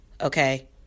okay